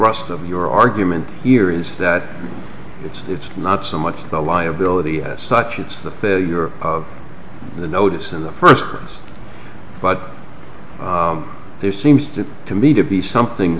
thrust of your argument here is that it's not so much the liability as such it's the failure of the notice in the first ones but there seems to me to be some thing